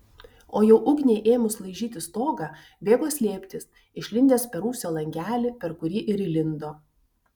o jau ugniai ėmus laižyti stogą bėgo slėptis išlindęs per rūsio langelį per kurį ir įlindo